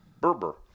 berber